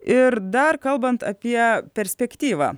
ir dar kalbant apie perspektyvą